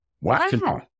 Wow